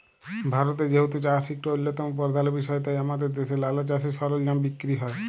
ভারতে যেহেতু চাষ ইকট অল্যতম পরধাল বিষয় তাই আমাদের দ্যাশে লালা চাষের সরলজাম বিক্কিরি হ্যয়